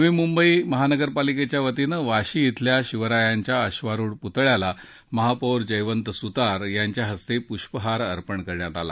नवी मुंबई महानगरपालिकेच्या वतीनं वाशी इथल्या शिवरायांच्या अश्वारूढ पुतळ्याला महापौर जयवंत सुतार यांच्या हस्ते पुष्पहार अर्पण करण्यात आला